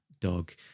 dog